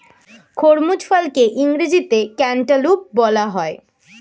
খরমুজ ফলকে ইংরেজিতে ক্যান্টালুপ বলা হয়